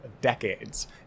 decades